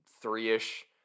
three-ish